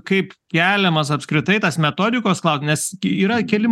kaip keliamas apskritai tas metodikos klau nes yra keli